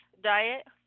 diet